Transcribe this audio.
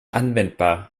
anwendbar